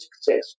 success